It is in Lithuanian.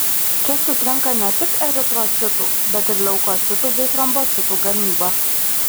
čia sutrinka ne tik eritrocitų bet ir leukocitų bei trombocitų gamyba